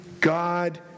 God